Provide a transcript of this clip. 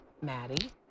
Maddie